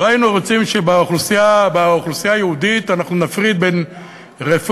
לא היינו רוצים שבאוכלוסייה היהודית אנחנו נפריד בין רפורמים,